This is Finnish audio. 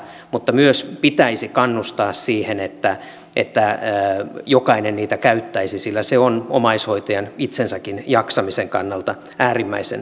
mutta myös pitäisi kannustaa siihen että jokainen niitä käyttäisi sillä se on omaishoitajan omankin jaksamisen kannalta äärimmäisen tärkeää